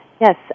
Yes